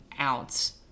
ounce